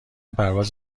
پرواز